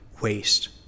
waste